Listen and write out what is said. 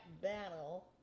battle